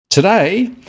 Today